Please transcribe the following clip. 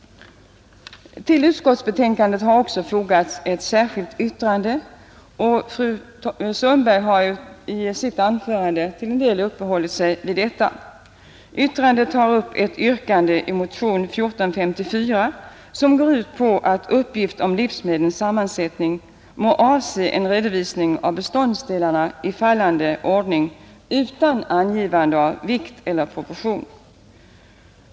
Till utskottsbetänkandet har också fogats ett särskilt yttrande, och fru Sundberg har i sitt anförande till en del uppehållit sig vid detta. Yttrandet tar upp ett yrkande i motion 1454 som går ut på att uppgift om livsmedels sammansättning må avse en redovisning av beståndsdelarna i fallande ordning utan angivande av vikt eller proportion.